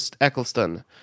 Eccleston